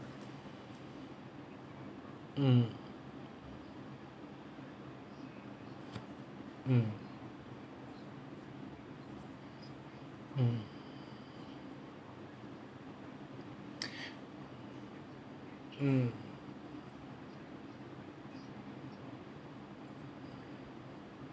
mm mm mm mm